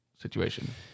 situation